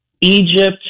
Egypt